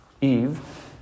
Eve